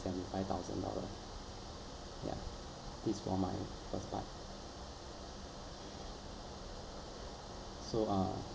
seventy five thousand dollar ya this is for my first part so uh